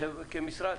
כמשרד.